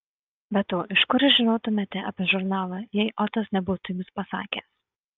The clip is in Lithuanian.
be to iš kur žinotumėte apie žurnalą jei otas nebūtų jums pasakęs